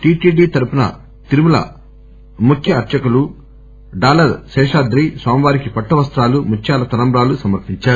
TTD తరఫున తిరుమల ముఖ్య అర్సకులు డాలర్ శేషాద్రి స్వామివారికి పట్టువస్తాలు ముత్యాల తలంబ్రాలు సమర్పించారు